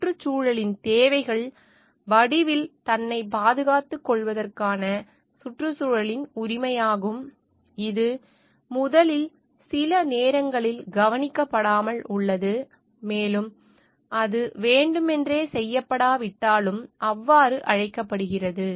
சுற்றுச்சூழலின் தேவைகள் வடிவில் தன்னைப் பாதுகாத்துக் கொள்வதற்கான சுற்றுச்சூழலின் உரிமையாகும் இது முதலில் சில நேரங்களில் கவனிக்கப்படாமல் உள்ளது மேலும் அது வேண்டுமென்றே செய்யப்படாவிட்டாலும் அவ்வாறு அழைக்கப்படுகிறது